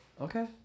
Okay